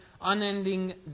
unending